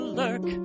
lurk